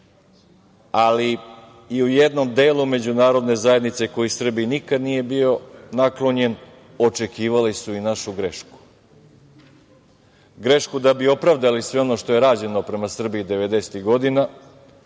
ali i u jednom delu međunarodne zajednice koji Srbiji nikada nije bio naklonjen, očekivali su i našu grešku. Grešku da bi opravdali sve ono što je rađeno prema Srbiji devedesetih godina,